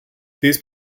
these